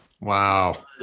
Wow